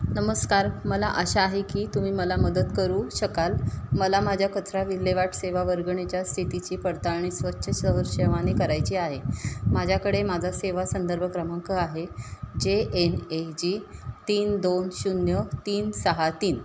नमस्कार मला आशा आहे की तुम्ही मला मदत करू शकाल मला माझ्या कचरा विल्लेवाट सेवा वर्गणीच्या स्थितीची पडताळणी स्वच्छ सहर्ष सेवाने करायची आहे माझ्याकडे माझा सेवा संदर्भ क्रमांक आहे जे एन ए जी तीन दोन शून्य तीन सहा तीन